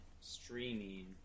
streaming